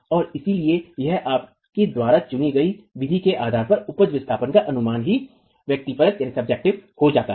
और इसलिए यह आपके द्वारा चुनी गई विधि के आधार पर उपज विस्थापन का अनुमान ही व्यक्तिपरक हो जाता है